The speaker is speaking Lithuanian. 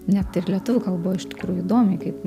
net ir lietuvių kalboj iš tikrųjų įdomiai kaip